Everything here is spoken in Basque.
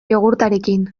jogurtarekin